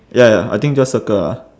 ya ya I think just circle ah